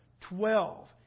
Twelve